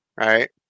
right